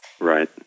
Right